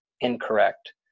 incorrect